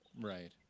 Right